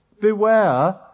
Beware